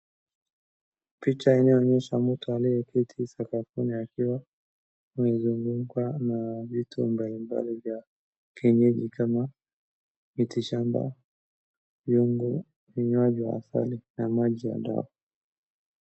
Picha inaonyesha mtu aliyeketi sakafuni akiwa amezungukwa na vitu mbalimbali vya kienyeji kama miti shamba, vyungu , kinywaji ya asali na maji ya dawa.